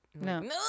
no